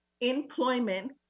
employment